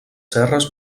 serres